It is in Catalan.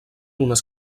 unes